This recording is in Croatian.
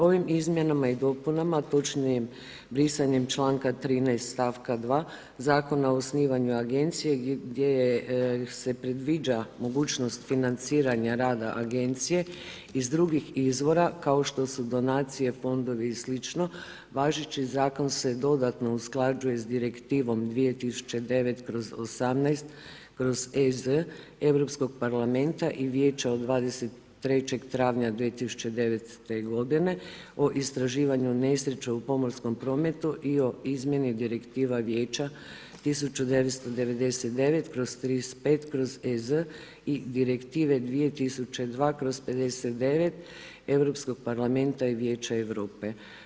Ovim izmjenama i dopunama, točnije brisanjem članka 13. stavka 2. Zakona o osnivanju agencije gdje se predviđa mogućnost financiranja rada agencije iz drugih izvora, kao što su donacije, fondovi i slično, važeći zakon se dodatno usklađuje sa direktivom 2009/18/EZ Europskog parlamenta i vijeća od 23. travnja 2009. godine o istraživanju nesreća u pomorskom prometu i o izmjeni direktiva vijeća 1999/35/EZ i direktive 2002/59 Europskog parlamenta i vijeća Europe.